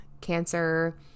cancer